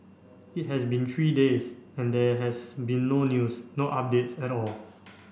it has been three days and there has been no news no updates at all